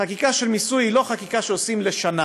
חקיקה של מיסוי היא לא חקיקה שעושים לשנה.